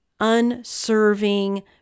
unserving